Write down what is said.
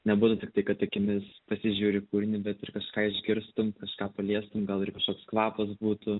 nebūtų tik tai kad akimis pasižiūri į kūrinį bet ir kažką išgirstum kažką paliestum gal ir kažkoks kvapas būtų